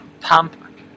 pump